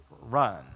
run